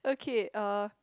okay uh